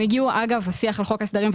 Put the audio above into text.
הם הגיעו אגב השיח על חוק ההסדרים,